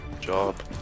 job